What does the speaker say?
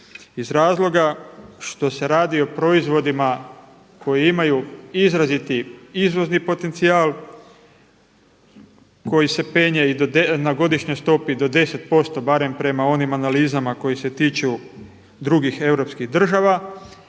iz razloga što se radi o proizvodima koji imaju izraziti izvozni potencijal, koji se penje i na godišnjoj stopi do 10% barem prema onim analizama koji se tiču drugih europskih država.